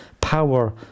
power